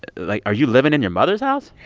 like, are you living in your mother's house?